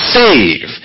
save